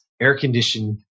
air-conditioned